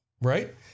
right